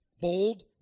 bold